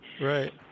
Right